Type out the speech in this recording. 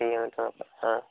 ആ